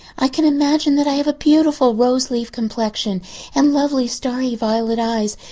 i can imagine that i have a beautiful rose-leaf complexion and lovely starry violet eyes.